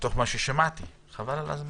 מה ששמעתי, חבל על הזמן.